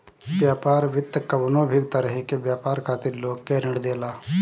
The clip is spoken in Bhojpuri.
व्यापार वित्त कवनो भी तरही के व्यापार खातिर लोग के ऋण देला